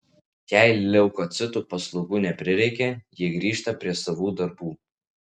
jei leukocitų paslaugų neprireikia jie grįžta prie savų darbų